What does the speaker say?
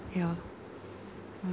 yeah mm